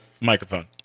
microphone